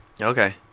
Okay